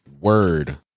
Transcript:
Word